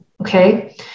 okay